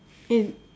eh